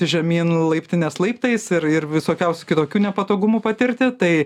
žemyn laiptinės laiptais ir ir visokiausių kitokių nepatogumų patirti tai